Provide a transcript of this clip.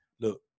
look